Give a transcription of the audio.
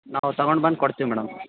ನಾವು ತೊಗೊಂಡ್ ಬಂದು ಕೊಡ್ತೀವಿ ಮೇಡಮ್